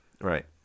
Right